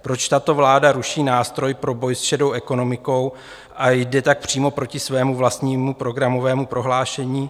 Proč tato vláda ruší nástroj pro boj s šedou ekonomikou a jde tak přímo proti svému vlastnímu programovému prohlášení?